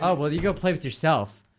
ah well you go play with yourself